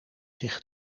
zich